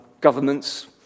governments